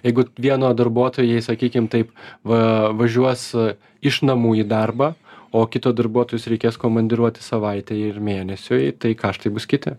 jeigu vieno darbuotojai sakykim taip va važiuos iš namų į darbą o kito darbuotojus reikės komandiruoti savaitei mėnesiui tai kaštai bus kiti